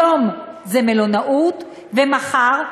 היום זה מלונאות ומחר,